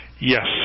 Yes